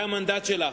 כי זה המנדט שלה.